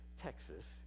Texas